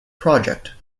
project